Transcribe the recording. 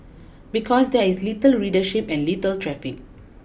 because there is little readership and little traffic